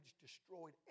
destroyed